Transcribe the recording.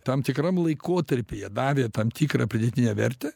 tam tikram laikotarpyje davė tam tikrą pridėtinę vertę